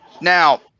Now